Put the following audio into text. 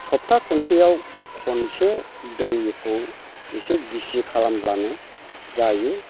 सप्ता खनसेआव खनसे दैखौ एसे गिसि खालामब्लानो जायो